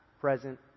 present